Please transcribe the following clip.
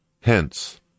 Hence